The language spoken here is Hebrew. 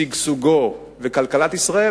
שגשוגו וכלכלת ישראל,